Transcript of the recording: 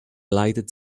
lighted